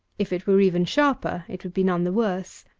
if it were even sharper, it would be none the worse.